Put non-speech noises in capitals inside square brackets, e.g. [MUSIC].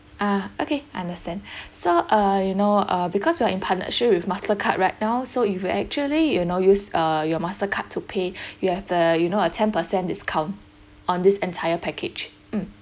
ah okay I understand [BREATH] so uh you know uh because we are in partnership with mastercard right now so if you actually you know use uh your mastercard to pay [BREATH] you have a you know a ten percent discount on this entire package mm